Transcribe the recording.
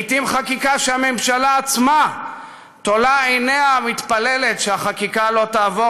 לעתים חקיקה שהממשלה עצמה תולה עיניה ומתפללת שהחקיקה לא תעבור